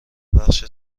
بخش